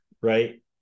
right